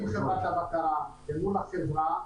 עם --- ועם החברה.